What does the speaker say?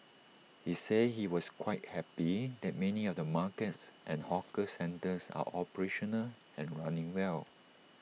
he said he was quite happy that many of the markets and hawker centres are operational and running well